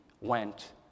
went